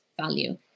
value